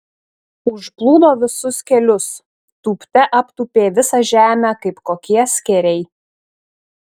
užplūdo visus kelius tūpte aptūpė visą žemę kaip kokie skėriai